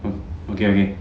okay okay